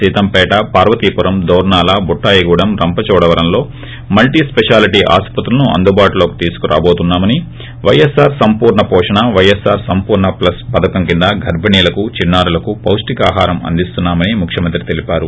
సితంపేట పార్వతీపురం దోర్పాల బుట్టాయిగూడెం రంపచోడవరంలో multi specialty ఆస్పత్తులను అందుబాటులోకి తీసుకురాబోతున్నామని పైఎస్పార్ సంపూర్ణ పోషణ పైఎస్ఆర్ సంపూర్ణ ప్లస్ పథకం కింద ్ గర్బిణీలకు చిన్నా రులకు పొష్షికాహారం అందిస్తున్నా మని ముఖ్యమంత్రి తెలిపారు